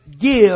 give